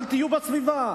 אל תהיו בסביבה.